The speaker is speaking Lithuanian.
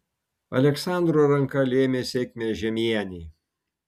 aleksandro ranka lėmė sėkmę žiemienei